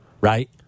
right